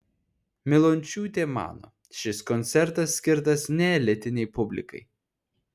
milončiūtė mano šis koncertas skirtas neelitinei publikai